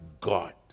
God